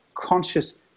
conscious